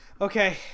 okay